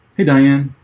hey diane,